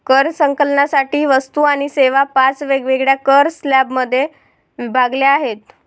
कर संकलनासाठी वस्तू आणि सेवा पाच वेगवेगळ्या कर स्लॅबमध्ये विभागल्या आहेत